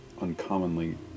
uncommonly